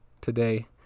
today